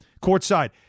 courtside